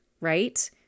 right